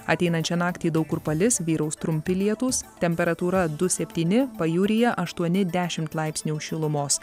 ateinančią naktį daug kur palis vyraus trumpi lietūs temperatūra du septyni pajūryje aštuoni dešimt laipsnių šilumos